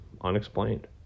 unexplained